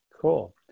cool